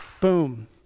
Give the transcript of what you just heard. boom